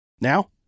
Now